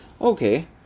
Okay